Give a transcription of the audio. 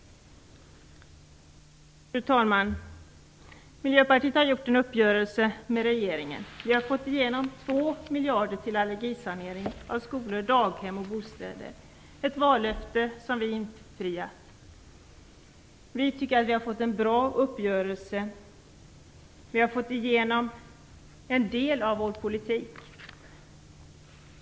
Fru talman! Miljöpartiet har gjort en uppgörelse med regeringen. Vi har fått igenom 2 miljarder till allergisanering av skolor, daghem och bostäder, ett vallöfte som vi infriat. Vi tycker att vi har fått en bra uppgörelse. Vi har fått igenom en del av vår politik.